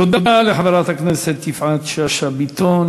תודה לחברת הכנסת יפעת שאשא ביטון.